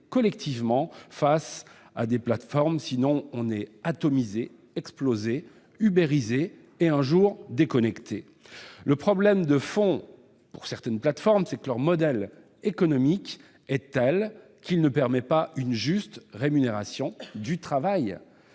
collectivement face aux plateformes. Sinon, on est atomisé, explosé, ubérisé, puis, un jour, déconnecté. Le problème de fond de certaines plateformes est que leur modèle économique ne permet pas une juste rémunération du travail.